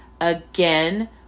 Again